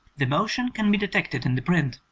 the motion can be detected in the print.